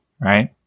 Right